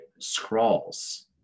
scrawls